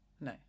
no